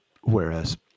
whereas